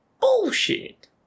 Bullshit